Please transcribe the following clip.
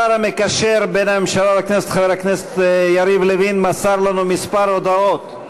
השר המקשר בין הממשלה לכנסת חבר הכנסת יריב לוין מסר לנו כמה הודעות.